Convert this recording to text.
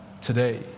today